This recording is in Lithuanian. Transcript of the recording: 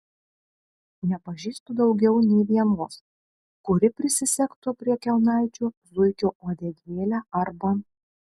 nepažįstu daugiau nė vienos kuri prisisegtų prie kelnaičių zuikio uodegėlę arba